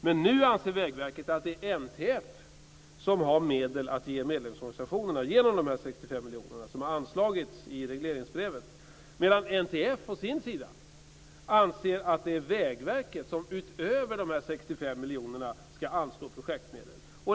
Men nu anser Vägverket att det är NTF som genom de 65 miljonerna som har anslagits i regleringsbrevet har medel att ge medlemsorganisationerna. NTF å sin sida anser att det är Vägverket som utöver de 65 miljonerna skall anslå projektmedel.